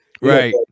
Right